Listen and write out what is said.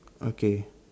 okay